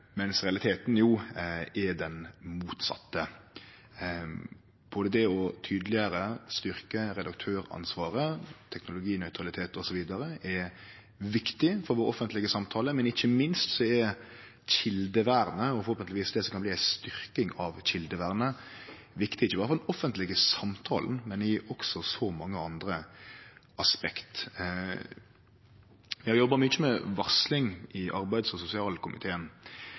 mens realiteten jo er den motsette. Det å tydeleggjere og styrkje redaktøransvaret, teknologinøytralitet osv., er viktig for vår offentlege samtale, men ikkje minst er kjeldevernet, og forhåpentlegvis det som kan bli ei styrking av kjeldevernet, viktig – ikkje berre for den offentlege samtalen, men også for mange andre aspekt. Vi har jobba mykje med varsling i arbeids- og sosialkomiteen.